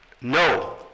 No